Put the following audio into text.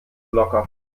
locker